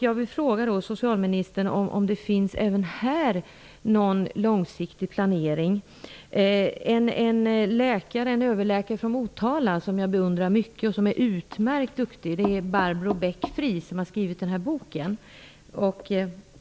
Jag vill även här fråga socialministern om det finns någon långsiktig planering. En överläkare från Motala som jag beundrar mycket och som är utmärkt duktig är Barbro Beck-Friis, som skrivit den bok jag nu håller i min hand.